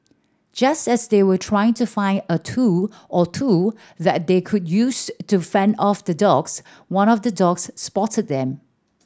just as they were trying to find a tool or two that they could use to fend off the dogs one of the dogs spotted them